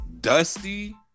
dusty